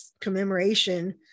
commemoration